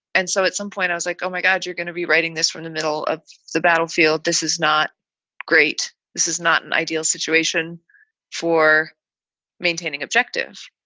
and so at some point i was like, oh, my god, you're gonna be writing this from the middle of the battlefield. this is not great. this is not an ideal situation for maintaining objective.